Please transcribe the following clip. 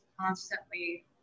constantly